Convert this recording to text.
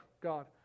God